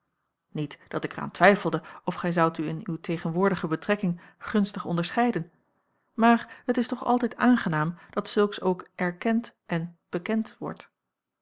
niet dat ik er aan twijfelde of gij zoudt u in uw tegenwoordige betrekking gunstig onderscheiden maar het is toch altijd aangenaam dat zulks ook erkend en bekend wordt